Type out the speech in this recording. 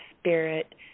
spirit